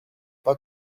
pas